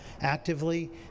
actively